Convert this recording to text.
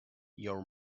your